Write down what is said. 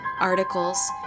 articles